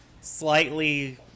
slightly